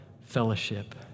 fellowship